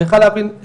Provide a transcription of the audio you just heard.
בכלל להבין,